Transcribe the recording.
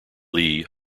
lee